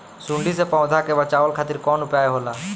सुंडी से पौधा के बचावल खातिर कौन उपाय होला?